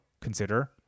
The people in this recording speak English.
consider